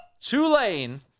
Tulane